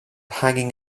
hanging